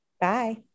Bye